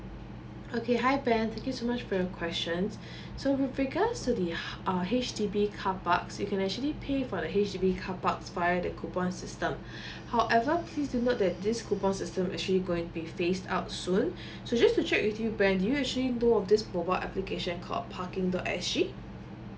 okay hi ben thank you so much for your questions so with regards to the uh H_D_B car park you can actually pay for the H_D_B car park via the coupon system however please to note that these coupons system actually going be phased out soon so just to check with you ben do you actually know of this mobile application called parking dot S G